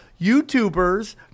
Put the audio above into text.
YouTubers